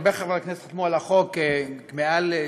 הרבה חברי כנסת חתמו על החוק, יותר מ-60,